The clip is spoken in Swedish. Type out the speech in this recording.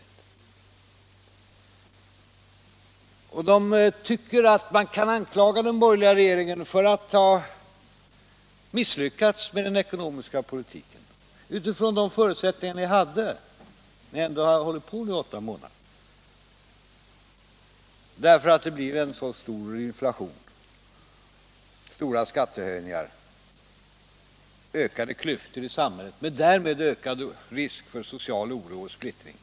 Människorna tycker att de kan anklaga den borgerliga regeringen för att ha misslyckats med den ekonomiska politiken utifrån de förutsättningar den hade och när den ändå har verkat i åtta månader och eftersom det blir en så stor inflation, så stora skattehöjningar och därmed ökad risk för social oro och splittring.